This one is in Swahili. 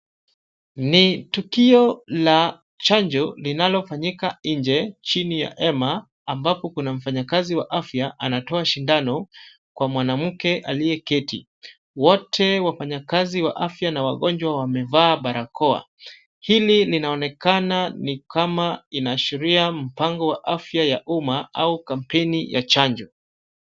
Ni tukio la chanjo linalofanyika nje, chini ya hema ambapo kuna mfanyikazi wa afya anatoa shindano kwa mwanamke aliyeketi . Wote, wafanyikazi wa afya na wagonjwa wamevaa barakoa . Hili linaonekana ni kama inaashiria mpango wa afya ya umma au kampeni ya chanjo.